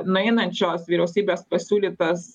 nueinančios vyriausybės pasiūlytas